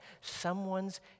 someone's